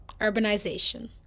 Urbanization